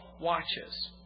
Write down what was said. watches